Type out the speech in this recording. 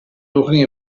talking